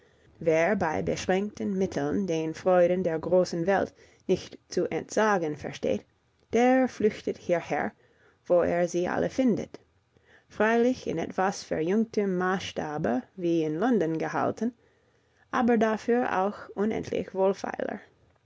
wer bei beschränkten mitteln den freuden der großen welt nicht zu entsagen versteht der flüchtet hierher wo er sie alle findet freilich in etwas verjüngtem maßstabe wie in london gehalten aber dafür auch unendlich wohlfeiler